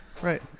right